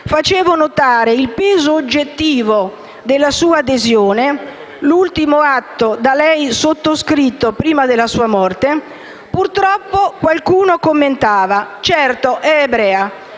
facevo notare il peso oggettivo della sua adesione, l'ultimo atto da lei sottoscritto prima della sua morte, purtroppo qualcuno commentava: «Certo, è ebrea».